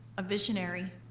a visionary,